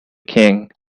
king